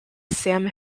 sam